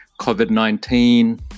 COVID-19